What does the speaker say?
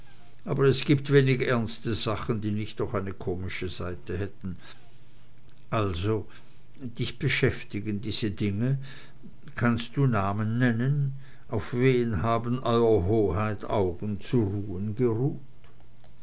aber es gibt wenig ernste sachen die nicht auch eine komische seite hätten also dich beschäftigen diese dinge kannst du namen nennen auf wem haben eurer hoheit augen zu ruhen geruht